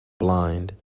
blind